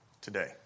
today